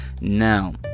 Now